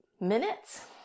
minutes